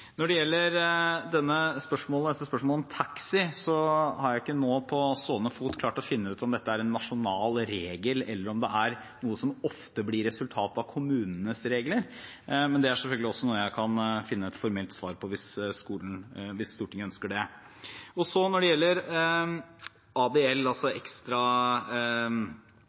Når det gjelder spørsmålet om taxi, har jeg ikke på stående fot klart å finne ut om dette er en nasjonal regel, eller om det er noe som ofte blir resultat av kommunenes regler, men det er selvfølgelig også noe jeg kan finne et formelt svar på hvis Stortinget ønsker det. Når det gjelder ADL, altså ekstra